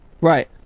right